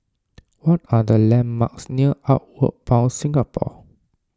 what are the landmarks near Outward Bound Singapore